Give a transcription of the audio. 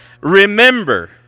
remember